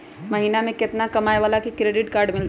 महीना में केतना कमाय वाला के क्रेडिट कार्ड मिलतै?